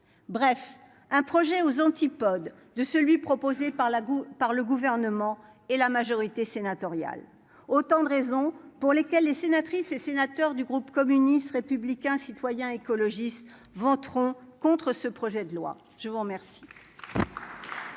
bref un projet aux antipodes de celui proposé par la par le gouvernement et la majorité sénatoriale, autant de raisons pour lesquelles les sénatrices et sénateurs du groupe communiste républicain citoyen écologiste voteront contre ce projet de loi, je vous remercie.